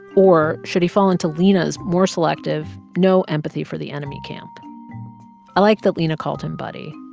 or should he fall into lina's more selective, no-empathy-for-the-enemy camp? i like that lina called him buddy.